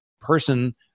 person